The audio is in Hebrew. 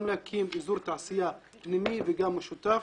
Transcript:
גם להקים אזור תעשייה פנימי וגם משותף.